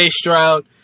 Stroud